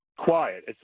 Quiet